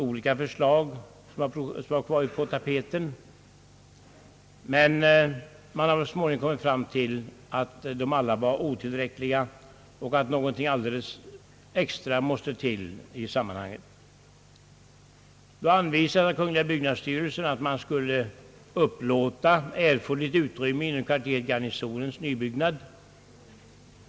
Olika förslag har varit på tapeten, men man har så småningom kommit fram till att de alla var otillräckliga och att någonting alldeles extra måste till i sammanhanget. Då anvisade kungl. byggnadsstyrelsen att erforderligt utrymme skulle upplåtas inom kvarteret Garnisonens nybyggnad.